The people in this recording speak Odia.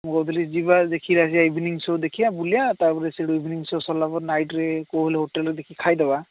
ମୁଁ କହୁଥିଲି ଯିବା ଦେଖିକରି ଆସିଆ ଇଭିନିଂ ସୋ ଦେଖିବା ବୁଲିବା ତା'ପରେ ସେଇଠୁ ଇଭିନିଂ ସୋ ସରିଲା ପରେ ନାଇଟ୍ରେ କେଉଁ ହେଲେ ହୋଟେଲ୍ରେ ଦେଖିକି ଖାଇଦେବା